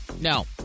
No